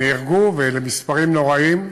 נהרגו, ואלה מספרים נוראים,